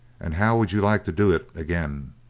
and how would you like to do it again?